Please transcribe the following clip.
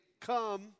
come